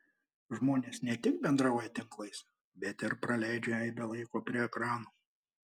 žmonės ne tik bendrauja tinklais bet ir praleidžia aibę laiko prie ekranų